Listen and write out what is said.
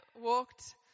walked